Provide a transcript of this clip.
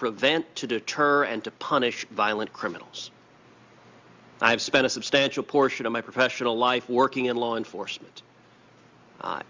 prevent to deter and to punish violent criminals i have spent a substantial portion of my professional life working in law enforcement